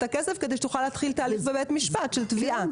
הכסף כדי שתוכל להתחיל תהליך של תביעה בבית משפט.